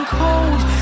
cold